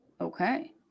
Okay